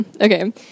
Okay